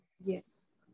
Yes